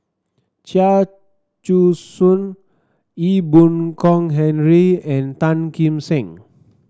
Chia Choo Suan Ee Boon Kong Henry and Tan Kim Seng